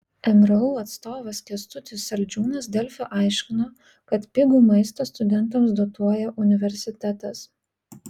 mru atstovas kęstutis saldžiūnas delfi aiškino kad pigų maistą studentams dotuoja universitetas